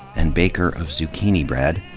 and baker of zucchini bread.